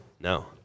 No